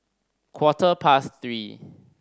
quarter past three